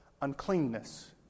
uncleanness